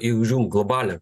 jeigu žiūm globalią